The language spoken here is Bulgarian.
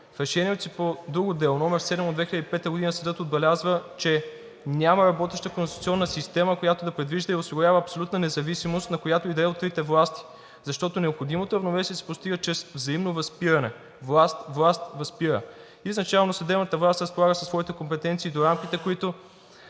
В Решението си по друго дело –№ 7 от 2005 г., съдът отбелязва, че няма работеща конституционна система, която да предвижда и осигурява абсолютна независимост на която и да е от трите власти, защото необходимото равновесие се постига чрез взаимно възпиране – власт власт възпира. Изначално съдебната власт разполага със своите компетенции до рамките,